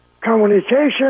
communication